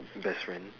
best friend